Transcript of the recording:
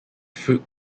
fruit